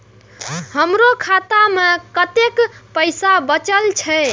हमरो खाता में कतेक पैसा बचल छे?